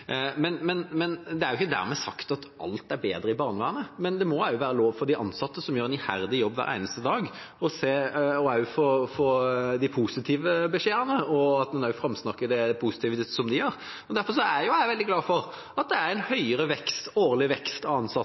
men det må være lov for de ansatte som gjør en iherdig jobb hver eneste dag, også å få de positive beskjedene, og at en framsnakker det positive de gjør. Derfor er jeg veldig glad for at det er en høyere årlig vekst av antall ansatte